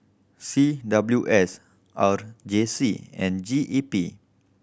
C W S R J C and G E P